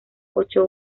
ocho